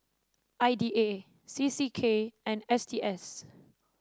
I D A C C K and S T S